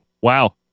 Wow